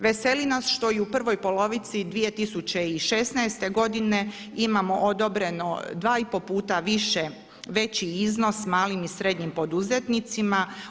Veseli nas što i u prvoj polovici 2016. godine imamo odobreno 2 i pol puta više, veći iznos malim i srednjim poduzetnicima.